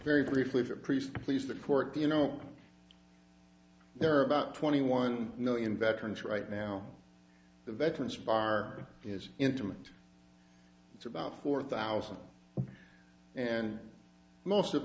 very briefly for a priest to please the court you know there are about twenty one million veterans right now the veterans bar is intimate it's about four thousand and most of